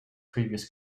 previous